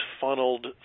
funneled